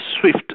swift